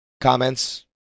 comments